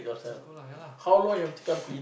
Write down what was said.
just go lah ya lah